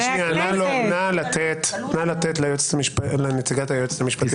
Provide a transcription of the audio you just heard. נא לתת לנציגת היועצת המשפטית לממשלה.